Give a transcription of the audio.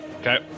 Okay